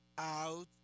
out